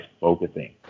focusing